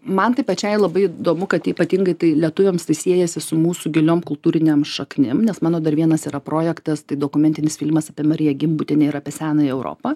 man tai pačiai labai įdomu kad ypatingai tai lietuviams tai siejasi su mūsų giliom kultūrinėm šaknim nes mano dar vienas yra projektas tai dokumentinis filmas apie mariją gimbutienę ir apie senąją europą